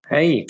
Hey